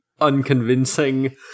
unconvincing